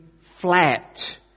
flat